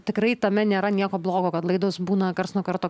tikrai tame nėra nieko blogo kad laidos būna karts nuo karto